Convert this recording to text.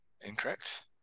Incorrect